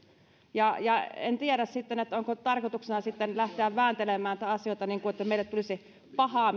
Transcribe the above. en tiedä sitten onko tarkoituksena lähteä vääntelemään näitä asioita että meille tulisi paha